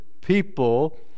people